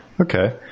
Okay